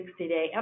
60-day